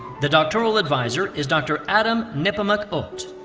the doctoral advisor is dr. adam nepomuk otte.